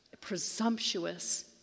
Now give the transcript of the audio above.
Presumptuous